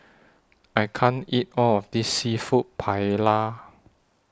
I can't eat All of This Seafood Paella